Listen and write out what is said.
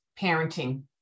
parenting